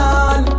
on